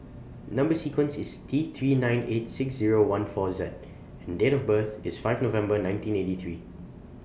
Number sequence IS T three nine eight six Zero one four Z and Date of birth IS five November nineteen eighty three